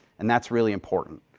and that's really important.